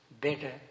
better